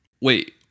Wait